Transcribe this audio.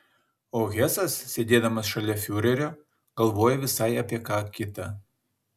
o hesas sėdėdamas šalia fiurerio galvojo visai apie ką kitą